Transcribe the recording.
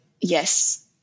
yes